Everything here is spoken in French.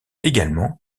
également